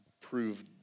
prove